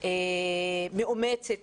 שמאומצת